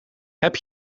heb